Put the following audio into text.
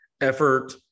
effort